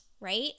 right